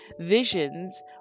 Visions